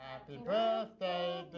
birthday